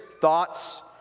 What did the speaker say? thoughts